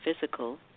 physical